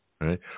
right